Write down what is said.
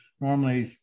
Normally